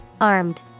Armed